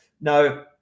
Now